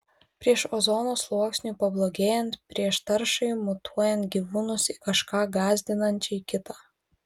prieš ozono sluoksniui pablogėjant prieš taršai mutuojant gyvūnus į kažką gąsdinančiai kitą